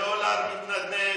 הדולר התנדנד.